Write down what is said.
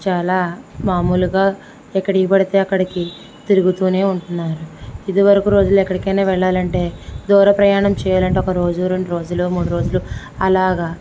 చాలా మాములుగా ఎక్కడికి పడితే అక్కడికి తిరుగుతూనే ఉంటున్నారు ఇదివరుకు రోజులో ఎక్కడికైనా వెళ్ళాలి అంటే దూర ప్రయాణం చేయాలి అంటే ఒక రోజు రెండు రోజులు మూడు రోజులు అలాగ